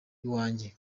iwanjye